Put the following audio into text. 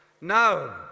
No